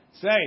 Say